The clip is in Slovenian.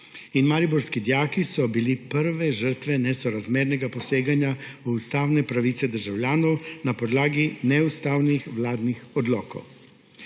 Mariborski dijaki so bili prve žrtve nesorazmernega poseganja v ustavne pravice državljanov na podlagi neustavnih vladnih odlokov.